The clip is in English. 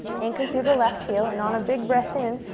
anchor through the left heel, and on a big breath in,